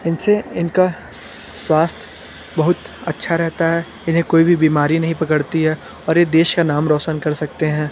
इन से इनका स्वास्थ्य बहुत अच्छा रहता है इन्हें कोई भी बीमारी नहीं पकड़ती है और ये देश का नाम रोशन कर सकते हैं